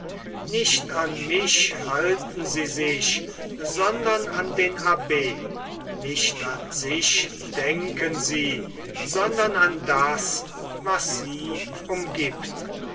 nicht an mich halten sie sich sondern an den abb nicht an sich denken sie sondern an das was sie umgibt